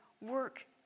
work